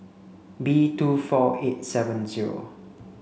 B two four eight seven zero